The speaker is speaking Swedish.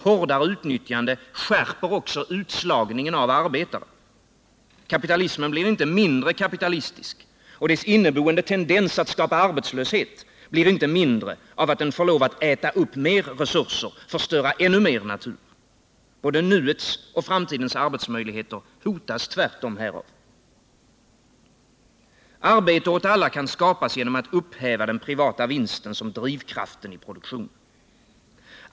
Hårdare utnyttjande skärper också utslagningen av arbetare. Kapitalismen blir inte mindre kapitalistisk och dess inneboende tendens att skapa arbetslöshet blir inte mindre av att den får lov att äta upp mer resurser, att förstöra ännu mer natur. Både nuets och framtidens arbetsmöjligheter hotas tvärtom härav. Arbete åt alla kan skapas genom att man upphäver den privata vinsten som drivkraft i produktionen.